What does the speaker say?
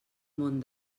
món